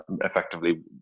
effectively